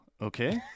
okay